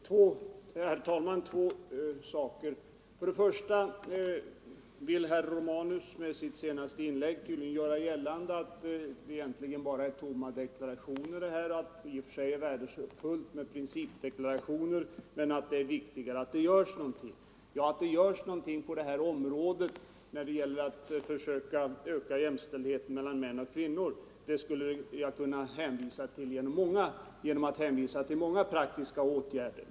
Herr talman! För det första: Herr Romanus ville med sitt senaste inlägg tydligen säga att vi egentligen bara kommer med tomma deklarationer och att det i och för sig är värdefullt med principdeklarationer men att det är viktigare att det görs någonting. Ja, att det görs någonting när det gäller att försöka öka jämställdheten mellan män och kvinnor är helt klart; jag skulle kunna hänvisa till många praktiska åtgärder.